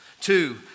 Two